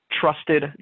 trusted